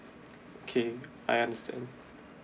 okay I understand